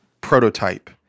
prototype